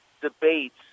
debates